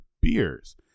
beers